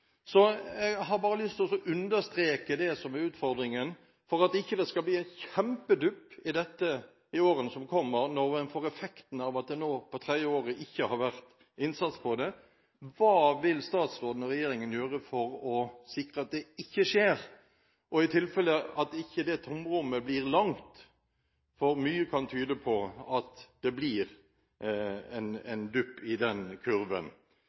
Jeg har bare lyst til å understreke det som er utfordringen, for at det ikke skal bli en kjempedupp på dette området i årene som kommer, når en får effekten av at det nå på tredje året ikke har vært innsats på dette. Hva vil statsråden og regjeringen gjøre for å sikre at det ikke skjer – og i tilfelle at ikke det tomrommet blir langt, for mye kan tyde på at det blir en dupp i den kurven?